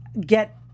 get